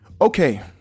Okay